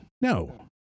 no